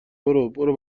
برو، برو